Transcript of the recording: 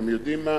אתם יודעים מה?